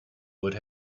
would